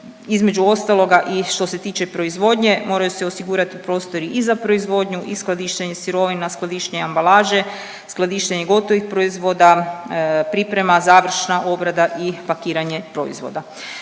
između ostaloga što se tiče proizvodnje moraju se osigurati prostori i za proizvodnju i skladištenje sirovina, skladištenje ambalaže, skladištenje gotovih proizvoda, priprema, završna obrada i pakiranje proizvoda.